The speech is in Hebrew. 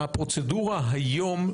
הפרוצדורה היום,